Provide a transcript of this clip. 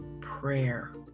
prayer